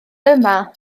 yma